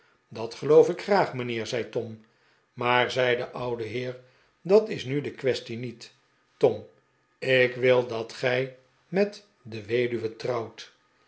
dat geloof ik graag mijnheer zei tom maar zei de oude heer dat is nu de quaestie niet tom ik wil dat gij met de weduwe trouwt